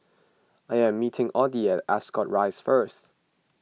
I am meeting Oddie at Ascot Rise first